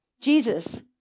Jesus